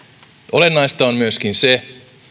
olennaista on myöskin se